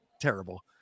terrible